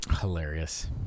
Hilarious